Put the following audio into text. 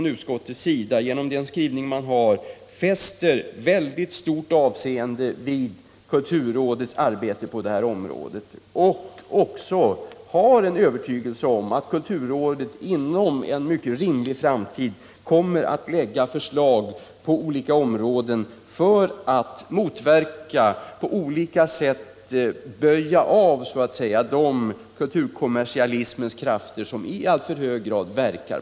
Utskottet fäster i sin skrivning stort avseende vid kulturrådets arbete. Utskottet är också övertygat om att kulturrådet inom en rimlig framtid kommer att lägga fram förslag för att på olika sätt motverka de kulturkommersialismens krafter som verkar på marknaden i dag.